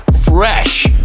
Fresh